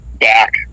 back